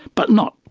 but not,